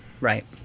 right